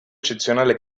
eccezionale